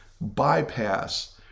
bypass